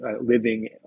living